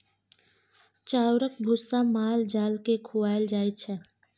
चाउरक भुस्सा माल जाल केँ खुआएल जाइ छै